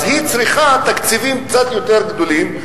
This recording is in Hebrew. אז צריך תקציבים קצת יותר גדולים.